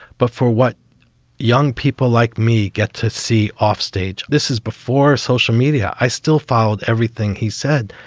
but for what young people like me get to see offstage. this is before social media. i still filed everything he said,